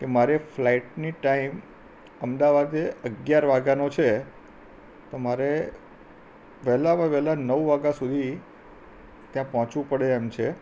કે મારે ફ્લાઈટની ટાઈમ અમદાવાદે અગિયાર વાગ્યાનો છે તો મારે વહેલામાં વહેલા નવ વાગ્યા સુધી ત્યાં પહોંચવું પડે એમ છે